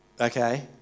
okay